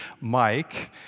Mike